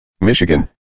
Michigan